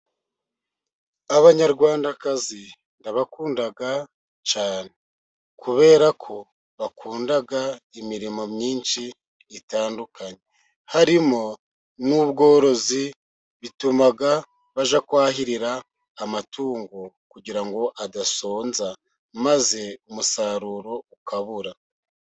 Abanyarwandakazi ndabakunda cyane. Kubera ko bakunda imirimo myinshi itandukanye. Harimo n'ubworozi, bituma bajya kwahirira amatungo kugira ngo adasonza, maze umusaruro ukabura.